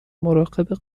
مراقب